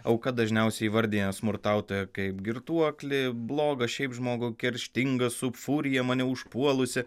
auka dažniausiai įvardija smurtautoją kaip girtuoklį blogą šiaip žmogų kerštingą subfurija mane užpuolusi